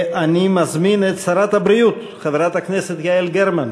אני מזמין את שרת הבריאות חברת הכנסת יעל גרמן.